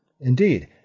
Indeed